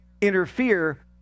interfere